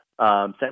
San